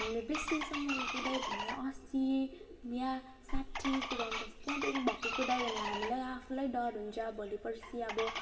हामीले बेसीसम्म कुदायो भने असी या साठी कुदाउनु पर्छ त्यहाँदेखि भक्कु कुदायो भने हामीलाई आफूलाई डर हुन्छ भोलि पर्सि अब